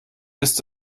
ist